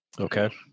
Okay